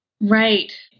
Right